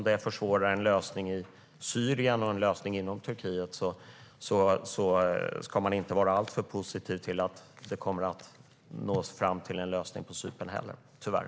Det försvårar en lösning i Syrien och inom Turkiet, och på samma sätt ska man tyvärr inte vara alltför positiv till att det kommer att leda fram till en lösning på Cypern heller.